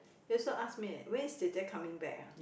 they also ask me when is jie jie coming back ah